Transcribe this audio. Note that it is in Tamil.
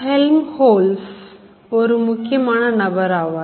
Helmholtz ஒரு முக்கியமான நபர் ஆவார்